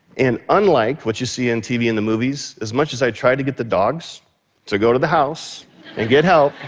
and unlike what you see in tv and the movies, as much as i tried to get the dogs to go to the house and get help